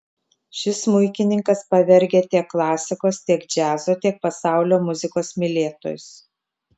šis smuikininkas pavergia tiek klasikos tiek džiazo tiek pasaulio muzikos mylėtojus